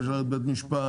ואפשר להגיד בית משפט,